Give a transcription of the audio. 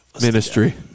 ministry